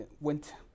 went